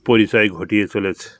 পরিচয় ঘটিয়ে চলেছে